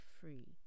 free